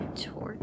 torch